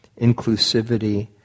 inclusivity